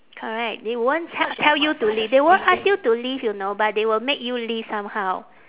correct they won't t~ tell you to leave they won't ask you to leave you know but they will make you leave somehow